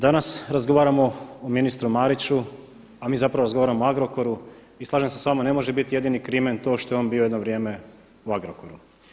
Danas razgovaramo o ministru Mariću a mi zapravo razgovaramo o Agrokoru i slažem se s vama ne može biti jedini krimen to što je on bio jedno vrijeme u Agrokoru.